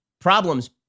Problems